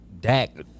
Dak